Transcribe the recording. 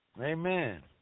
Amen